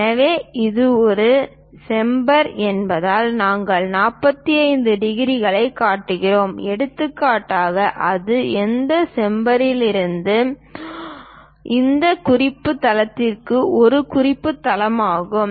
எனவே இது ஒரு சேம்பர் என்பதால் நாங்கள் 45 டிகிரிகளைக் காட்டுகிறோம் எடுத்துக்காட்டாக அது அந்த சேம்பரிலிருந்து இந்த குறிப்புத் தளத்திற்கு இது குறிப்புத் தளமாகும்